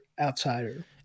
outsider